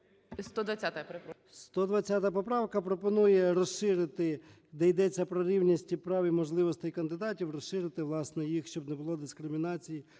120 поправка пропонує розширити, де йдеться про рівність прав і можливостей кандидатів, розшити, власне, їх. Щоб не було дискримінації